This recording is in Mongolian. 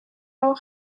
руу